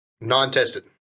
non-tested